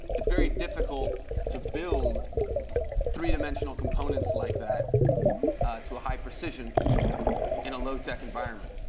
it's very difficult to build three dimensional components like that to a high precision in a low tech environment.